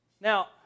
Now